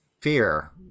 fear